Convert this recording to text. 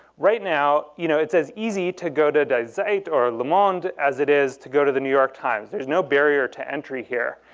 right now, you know it's as easy to go to die zeit or le monde, as it is to go to the new york times there's no barrier to entry here.